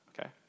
okay